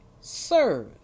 Sirs